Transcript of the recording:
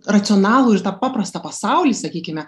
racionalų ir tą paprastą pasaulį sakykime